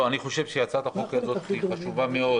הצעת החוק הזו היא חשובה מאוד